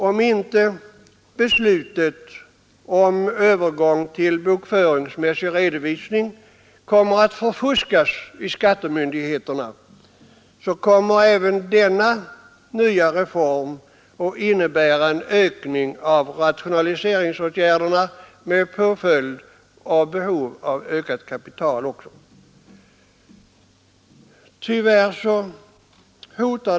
Om inte beslutet att övergå till bokföringsmässig redovisning förfuskas hos skattemyndigheterna, kommer även denna nya reform att innebära en ökning av rationaliseringsåtgärderna, med påföljande höjt behov av kapital.